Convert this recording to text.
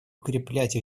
укреплять